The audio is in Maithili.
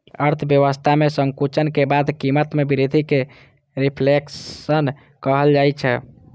अर्थव्यवस्था मे संकुचन के बाद कीमत मे वृद्धि कें रिफ्लेशन कहल जाइ छै